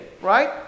right